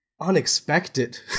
unexpected